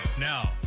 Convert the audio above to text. Now